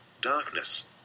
darkness